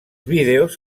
vídeos